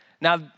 Now